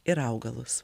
ir augalus